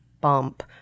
bump